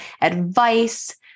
advice